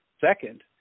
second